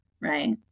right